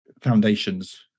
foundations